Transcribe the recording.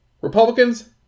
Republicans